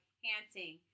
panting